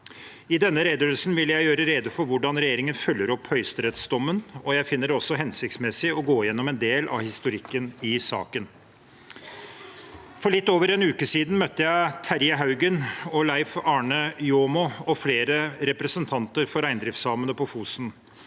I denne redegjørelsen vil jeg gjøre rede for hvordan regjeringen følger opp høyesterettsdommen, og jeg finner det også hensiktsmessig å gå gjennom en del av historikken i saken. For litt over en uke siden møtte jeg Terje Haugen, Leif Arne Jåma og flere representanter for reindriftssamene på Fosen.